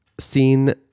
seen